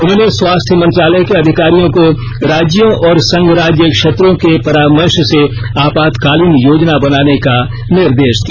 उन्होंने स्वास्थ्य मंत्रालय के अधिकारियों को राज्यों और संघ राज्य क्षेत्रों के परामर्श से आपातकालीन योजना बनाने का निर्देश दिया